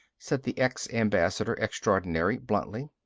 said the ex-ambassador extraordinary bluntly.